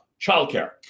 childcare